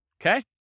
Okay